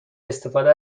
استفاده